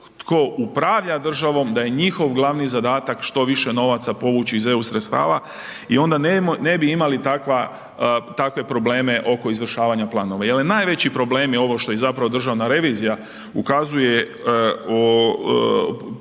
tko upravlja državom da je njihov glavni zadatak što više novaca povući iz eu sredstava i onda ne bi imali takve probleme oko izvršavanja planova. Jer i najveći problemi ovo što i zapravo državna revizija ukazuje u